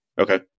Okay